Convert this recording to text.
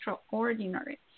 extraordinary